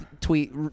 tweet